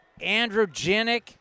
androgenic